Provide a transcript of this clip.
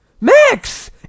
Max